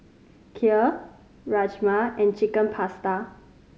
Kheer Rajma and Chicken Pasta